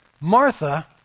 Martha